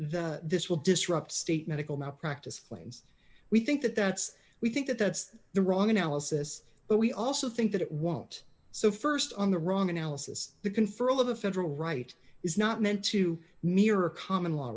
the this will disrupt state medical malpractise claims we think that that's we think that that's the wrong analysis but we also think that it won't so st on the wrong analysis the conferral of the federal right is not meant to mirror common law